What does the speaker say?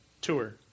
tour